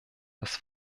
das